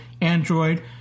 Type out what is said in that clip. Android